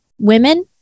women